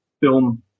film